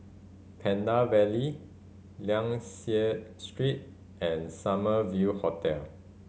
Pandan Valley Liang Seah Street and Summer View Hotel